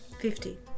Fifty